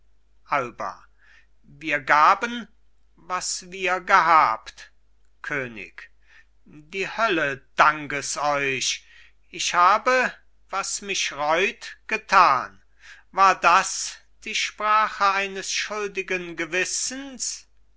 alba wir gaben was wir gehabt könig die hölle dank es euch ich habe was mich reut getan war das die sprache eines schuldigen gewissens